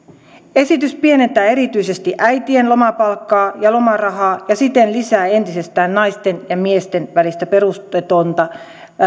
esitys pienentää erityisesti äitien lomapalkkaa ja lomarahaa ja siten lisää entisestään naisten ja miesten välistä perusteetonta